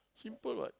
simple what